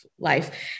Life